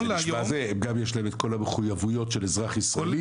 זה נשמע שגם יש להם את כל המחויבויות של אזרח ישראלי,